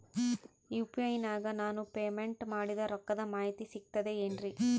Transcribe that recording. UPI ನಾಗ ನಾನು payment ಮಾಡಿದ ರೊಕ್ಕದ ಮಾಹಿತಿ ಸಿಕ್ತದೆ ಏನ್ರಿ?